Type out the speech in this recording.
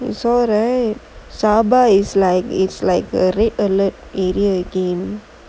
you saw right sabah is like it's like a red alert area again